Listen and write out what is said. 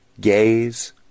gaze